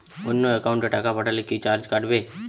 অন্য একাউন্টে টাকা পাঠালে কি চার্জ কাটবে?